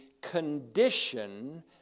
condition